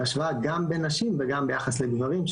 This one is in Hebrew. זו השוואה גם בין נשים וגם ביחס לגברים,